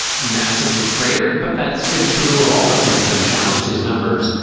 massively cratered, but that's been true of all the things that have challenged his numbers.